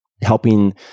helping